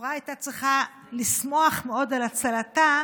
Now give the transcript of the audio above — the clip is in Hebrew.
ולכאורה הייתה צריכה לשמוח מאוד על הצלתה,